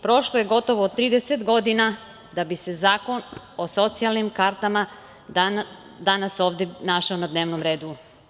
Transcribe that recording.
Prošlo je skoro 30 godina da bi se zakon o socijalnim kartama danas ovde našao na dnevnom redu.